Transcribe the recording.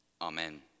Amen